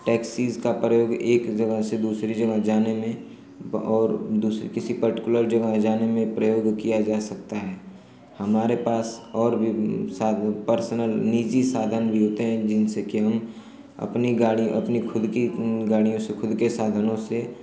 taxis का प्रयोग एक जगह से दूसरी जगह जाने में और दूसरी किसी पर्टिकुलर जगह में जाने में प्रयोग किया जा सकता है हमारे पास और भी सा पर्सनल निजी साधन भी होते हैं जिनसे कि हम अपनी गाड़ी अपनी खुद की गाड़ियों से खुद के साधनों से